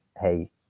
hey